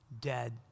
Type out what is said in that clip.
dead